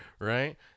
right